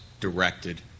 directed